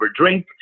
overdrink